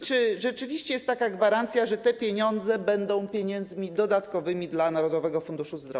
Czy rzeczywiście jest taka gwarancja, że te pieniądze będą pieniędzmi dodatkowymi dla Narodowego Funduszu Zdrowia?